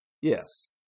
Yes